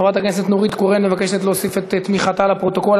חברת הכנסת נורית קורן מבקשת להוסיף את תמיכתה לפרוטוקול.